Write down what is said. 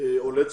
עולי צרפת?